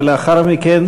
ולאחר מכן,